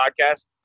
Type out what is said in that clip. Podcast